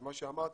מה שאמרת,